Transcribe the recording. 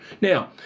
Now